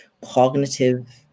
cognitive